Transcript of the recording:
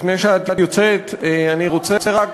לפני שאת יוצאת אני רוצה רק,